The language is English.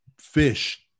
fish